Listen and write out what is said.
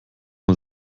man